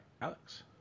alex